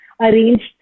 arranged